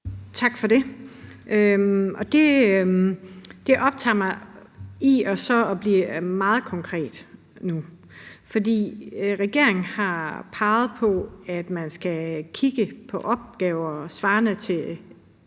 Tak for det. Det fører mig så til at blive meget konkret nu. For regeringen har peget på, at man skal kigge på opgaver svarende til